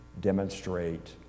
demonstrate